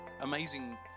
amazing